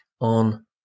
on